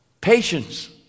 patience